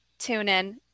TuneIn